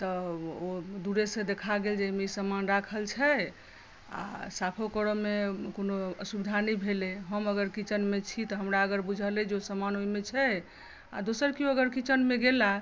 तऽ ओ दूरेसँ देखा गेल जे एहिमे ई सामान राखल छै आ साफो करयमे कोनो असुविधा नहि भेलै हम अगर किचेनमे छी तऽ हमरा अगर बुझल अछि जे ओ सामान ओहिमे छै आ दोसर केयो अगर किचेनमे गेलाह